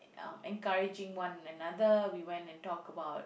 um encouraging one another we went and talk about